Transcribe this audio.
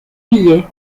billet